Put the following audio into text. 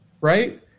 right